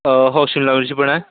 हो शिमला मिरची पण आहे